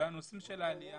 בנושאים של העלייה